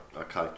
okay